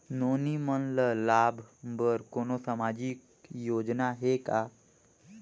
नोनी मन ल लाभ बर कोनो सामाजिक योजना हे का?